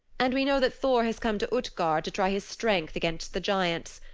and we know that thor has come to utgard to try his strength against the giants.